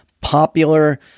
popular